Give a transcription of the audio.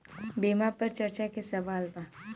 बीमा पर चर्चा के सवाल बा?